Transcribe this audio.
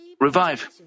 revive